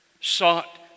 sought